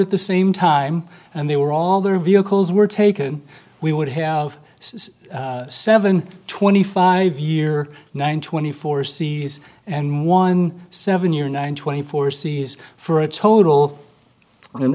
at the same time and they were all their vehicles were taken we would have seven twenty five year nine twenty four seas and one seven year nine twenty four seas for a total and